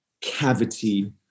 cavity